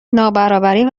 نابرابری